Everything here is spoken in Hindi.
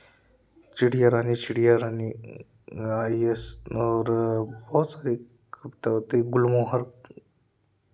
चिड़िया रानी चिड़िया रानी आयस और बहुत सारी कविता होती गुलमोहर